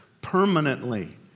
permanently